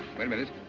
wait a minute.